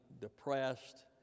depressed